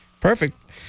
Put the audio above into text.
Perfect